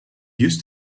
used